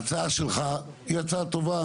ההצעה שלך היא הצעה טובה.